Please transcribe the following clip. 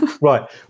Right